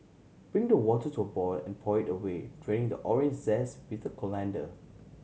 bring the water to a boil and pour it away draining the orange zest with a colander